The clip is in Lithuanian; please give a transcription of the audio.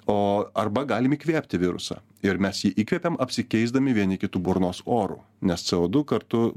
o arba galim įkvėpti virusą ir mes jį įkvepiam apsikeisdami vieni kitų burnos oru nes co du kartu